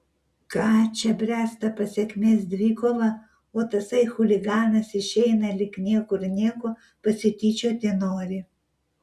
ką čia bręsta pasekmės dvikova o tasai chuliganas išeina lyg niekur nieko pasityčioti nori